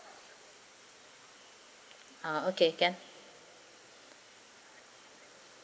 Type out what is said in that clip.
ah okay can